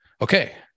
okay